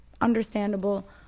understandable